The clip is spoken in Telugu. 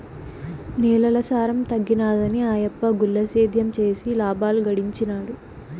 నేలల సారం తగ్గినాదని ఆయప్ప గుల్ల సేద్యం చేసి లాబాలు గడించినాడు